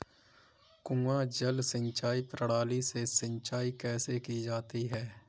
कुआँ जल सिंचाई प्रणाली से सिंचाई कैसे की जाती है?